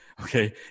Okay